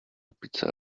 pizza